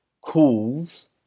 calls